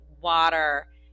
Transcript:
water